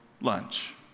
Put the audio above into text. lunch